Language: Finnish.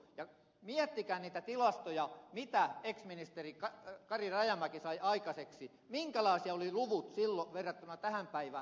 ja miettikää niitä tilastoja mitä ex ministeri kari rajamäki sai aikaiseksi minkälaisia olivat luvut silloin verrattuna tähän päivään